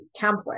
template